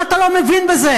מה אתה לא מבין בזה?